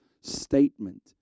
statement